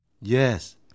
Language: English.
Yes